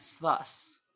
thus